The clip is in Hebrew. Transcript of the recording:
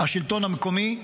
השלטון המקומי,